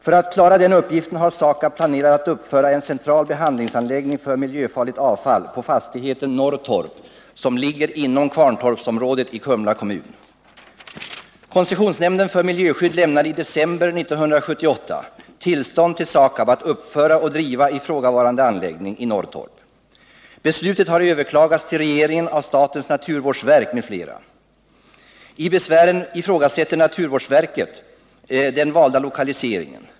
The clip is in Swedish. För att klara den uppgiften har SAKAB planerat att uppföra en central behandlingsanläggning för miljöfarligt avfall på fastigheten Norrtorp, som ligger inom Kvarntorpsområdet i Kumla kommun. Koncessionsnämnden för miljöskydd lämnade i december 1978 tillstånd till SAKAB att uppföra och driva ifrågavarande anläggning i Norrtorp. Beslutet har överklagats till regeringen av statens naturvårdsverk m.fl. I besvären ifrågasätter naturvårdsverket den valda lokaliseringen.